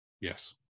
Yes